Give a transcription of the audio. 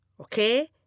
Okay